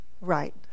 right